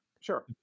sure